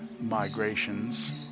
migrations